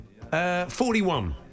41